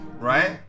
Right